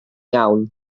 iawn